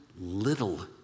little